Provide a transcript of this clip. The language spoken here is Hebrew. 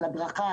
על הדרכה,